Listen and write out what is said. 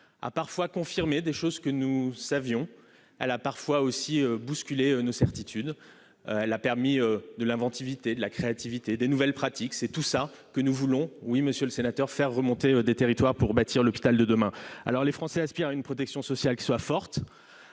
a parfois confirmé des choses que nous savions. Elle a aussi parfois bousculé nos certitudes. Elle a permis de l'inventivité, de la créativité, de nouvelles pratiques. C'est tout cela que nous voulons, monsieur le sénateur, faire remonter des territoires pour bâtir l'hôpital de demain. Les Français aspirent à une protection sociale qui soit forte,